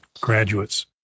graduates